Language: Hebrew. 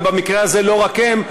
ובמקרה הזה לא רק הם,